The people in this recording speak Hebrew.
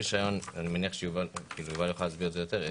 אני מניח שיובל יוכל להסביר את זה יותר טוב.